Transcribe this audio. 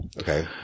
okay